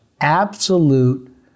absolute